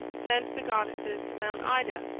sent the goddesses to mount ida,